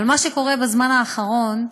אבל מה שקורה בזמן האחרון,